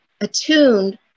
attuned